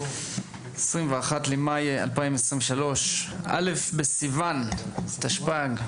21 במאי 2023, א' בסיוון התשפ"ג.